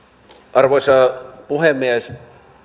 arvoisa puhemies